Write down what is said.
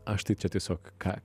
aš taip čia tiesiog ką